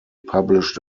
published